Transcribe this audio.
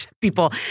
People